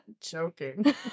joking